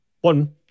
one